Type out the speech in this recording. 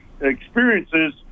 experiences